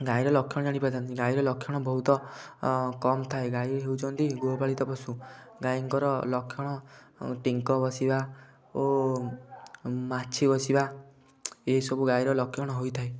ଗାଈର ଲକ୍ଷଣ ଜାଣିପାରିଥାନ୍ତି ଗାଈର ଲକ୍ଷଣ ବହୁତ କମ୍ ଥାଏ ଗାଈ ହେଉଛନ୍ତି ଗୃହପାଳିତ ପଶୁ ଗାଈଙ୍କର ଲକ୍ଷଣ ଟିଙ୍କ ବସିବା ଓ ମାଛି ବସିବା ଏ ସବୁ ଗାଈର ଲକ୍ଷଣ ହୋଇଥାଏ